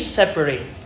separate